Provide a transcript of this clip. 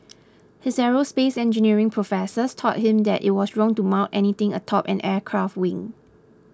his aerospace engineering professors taught him that it was wrong to mount anything atop an aircraft wing